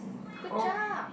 good job